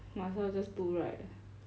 might as well just do right